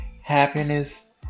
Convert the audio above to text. Happiness